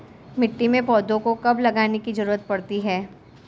मिट्टी में पौधों को कब लगाने की ज़रूरत पड़ती है?